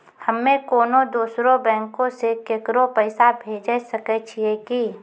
हम्मे कोनो दोसरो बैंको से केकरो पैसा भेजै सकै छियै कि?